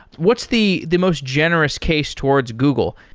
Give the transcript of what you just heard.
what's the the most generous case towards google?